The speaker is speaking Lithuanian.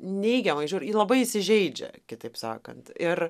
neigiamai žiūri labai įsižeidžia kitaip sakant ir